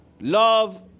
Love